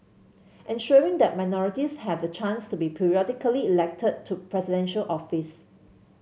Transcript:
ensuring that minorities have the chance to be periodically elected to Presidential Office